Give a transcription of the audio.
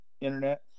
internet